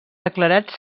declarats